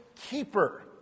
keeper